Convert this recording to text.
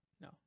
no